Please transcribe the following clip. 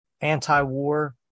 anti-war